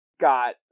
got